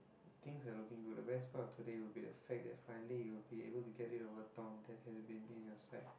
things are looking good the best part of today would be the fact that finally you will be able to get rid of the thorn that has been in your sight